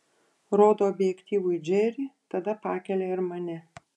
rodo objektyvui džerį tada pakelia ir mane